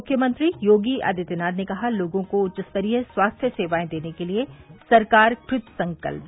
मुख्यमंत्री योगी आदित्यनाथ ने कहा लोगों को उच्च स्तरीय स्वास्थ्य सेवाएं देने के लिए सरकार कृतसंकल्प